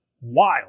wild